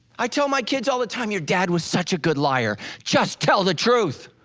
i tell my kids all the time, your dad was such a good liar just tell the truth.